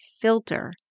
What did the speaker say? filter